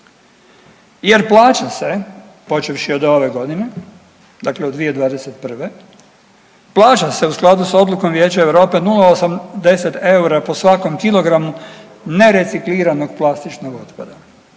jer plaća se počevši od ove godine dakle od 2021., plaća se u skladu s odlukom Vijeća Europe 0,80 eura po svakom kilogramu nerecikliranog plastičnog otpada.